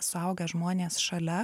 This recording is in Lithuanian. suaugę žmonės šalia